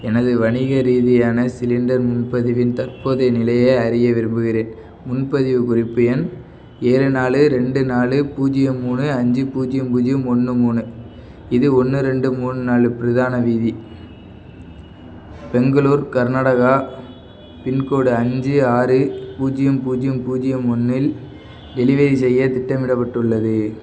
எனது வணிக ரீதியான சிலிண்டர் முன்பதிவின் தற்போதைய நிலையை அறிய விரும்புகிறேன் முன்பதிவுக் குறிப்பு எண் ஏழு நாலு ரெண்டு நாலு பூஜ்யம் மூணு அஞ்சு பூஜ்யம் பூஜ்யம் ஒன்று மூணு இது ஒன்று ரெண்டு மூணு நாலு பிரதான வீதி பெங்களுர் கர்நாடகா பின்கோடு அஞ்சு ஆறு பூஜ்யம் பூஜ்யம் பூஜ்யம் ஒன்றில் டெலிவரி செய்ய திட்டமிடப்பட்டுள்ளது